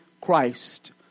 Christ